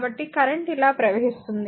కాబట్టి కరెంట్ ఇలా ప్రవహిస్తోంది